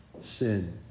sin